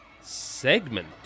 segment